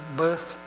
birth